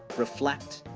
reflect,